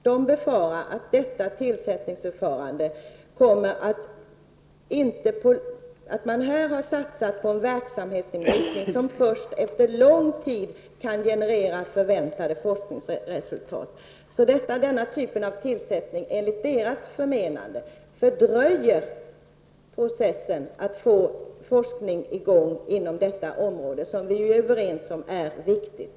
De befarar att detta tillsättningsförfarande kommer att innebära en satsning på en verksamhetsinriktning som först efter en lång tid kan generera förväntade forskningsresultat. Denna typ av tillsättning fördröjer enligt deras förmenande processen att få i gång forskning inom detta område, som vi är överens om är viktigt.